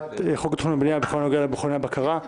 ואחד זה חוק התכנון והבנייה בכל הנוגע למכוני הבקרה.